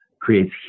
creates